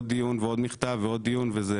עוד דיון ועוד מכתב ועוד דיון וזה